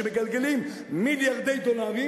שמגלגלים מיליארדי דולרים,